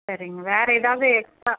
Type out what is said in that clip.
சரிங்க வேறு எதாவது எக்ஸ்ட்டா